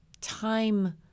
time